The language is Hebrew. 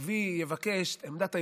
ויבקש עמדת היועץ.